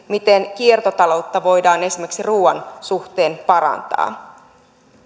miten kiertotaloutta voidaan esimerkiksi ruuan suhteen parantaa